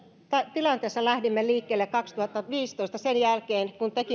tilanteessa lähdimme liikkeelle kaksituhattaviisitoista sen jälkeen kun